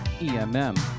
EMM